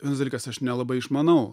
vienas dalykas aš nelabai išmanau